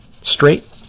straight